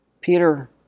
Peter